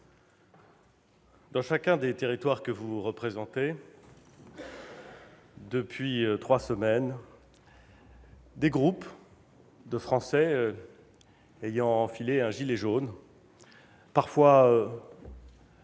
dans chacun des territoires que vous représentez, depuis trois semaines, des groupes de Français ayant enfilé un gilet jaune, parfois